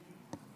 תודה.